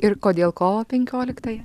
ir kodėl kovo penkioliktąją